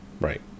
Right